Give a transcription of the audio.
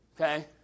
Okay